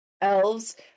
Elves